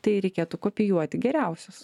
tai reikėtų kopijuoti geriausius